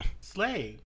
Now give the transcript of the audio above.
Slay